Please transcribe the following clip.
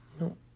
No